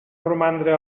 romandre